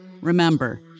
Remember